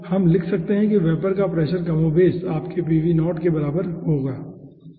हम लिख सकते हैं कि वेपर का प्रेशर कमोबेश आपके के बराबर है ठीक है